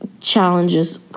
challenges